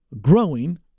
Growing